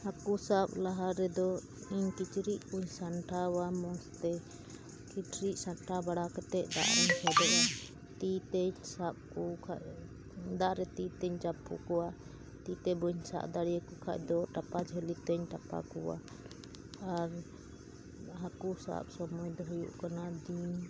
ᱦᱟᱹᱠᱩ ᱥᱟᱵ ᱞᱟᱦᱟ ᱨᱮᱫᱚ ᱤᱧ ᱠᱤᱪᱨᱤᱡᱽ ᱠᱩᱧ ᱥᱟᱢᱴᱟᱣᱟ ᱢᱚᱡᱽ ᱛᱮ ᱠᱤᱪᱨᱤᱡᱽ ᱥᱟᱢᱴᱟᱣ ᱵᱟᱲᱟ ᱠᱟᱛᱮ ᱫᱟᱜ ᱨᱮᱧ ᱯᱷᱮᱰᱚᱜᱼᱟ ᱛᱤ ᱛᱤᱧ ᱥᱟᱵ ᱠᱚ ᱠᱷᱟᱱ ᱫᱟᱜ ᱨᱮ ᱛᱤ ᱛᱤᱧ ᱪᱟᱯᱚ ᱠᱚᱣᱟ ᱛᱤ ᱛᱮ ᱵᱟᱹᱧ ᱥᱟᱵ ᱫᱟᱲᱮᱣᱟᱠᱚ ᱠᱷᱟᱱ ᱫᱚ ᱴᱟᱯᱟ ᱡᱷᱟᱹᱞᱤ ᱛᱤᱧ ᱴᱟᱯᱟ ᱠᱚᱣᱟ ᱟᱨ ᱦᱟᱹᱠᱩ ᱥᱟᱵ ᱥᱚᱢᱳᱭ ᱫᱚ ᱦᱩᱭᱩᱜ ᱠᱟᱱᱟ ᱫᱤᱱ